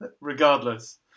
regardless